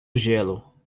gelo